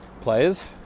players